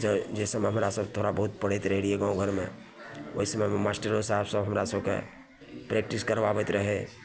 तऽ जाहि समयमे हमरासभ थोड़ा बहुत पढ़ैत रहै रहिए गामघरमे ओहि समयमे मास्टरो साहेबसभ हमरा सभकेँ प्रैक्टिस करबाबैत रहै